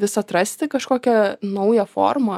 vis atrasti kažkokią naują formą